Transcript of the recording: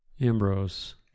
Ambrose